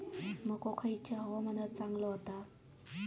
मको खयल्या हवामानात चांगलो होता?